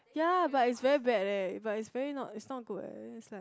ya but it's very bad eh but it's very not it's not good eh then it's like